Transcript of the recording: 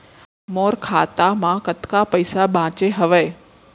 मोर खाता मा कतका पइसा बांचे हवय?